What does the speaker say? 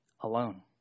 alone